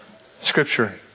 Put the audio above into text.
scripture